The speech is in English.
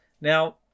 Now